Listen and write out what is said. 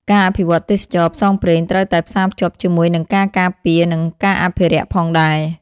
ការអភិវឌ្ឍទេសចរណ៍ផ្សងព្រេងត្រូវតែផ្សារភ្ជាប់ជាមួយនឹងការការពារនិងការអភិរក្សផងដែរ។